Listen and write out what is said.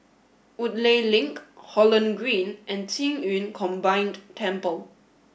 Woodleigh Link Holland Green and Qing Yun Combined Temple